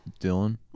Dylan